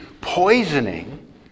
poisoning